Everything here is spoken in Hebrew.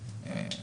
לרשותם.